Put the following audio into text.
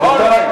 רבותי,